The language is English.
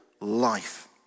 life